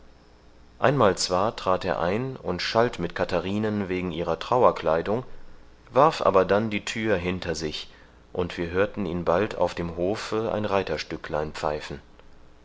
einmal zwar trat er ein und schalt mit katharinen wegen ihrer trauerkleidung warf aber dann die thür hinter sich und wir hörten ihn bald auf dem hofe ein reiterstücklein pfeifen